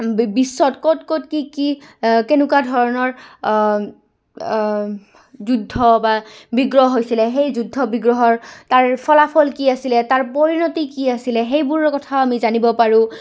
বিশ্বত ক'ত ক'ত কি কি কেনেকুৱা ধৰণৰ যুদ্ধ বা বিগ্ৰহ হৈছিলে সেই যুদ্ধ বিগ্ৰহৰ তাৰ ফলাফল কি আছিলে তাৰ পৰিণতি কি আছিলে সেইবোৰৰ কথাও আমি জানিব পাৰোঁ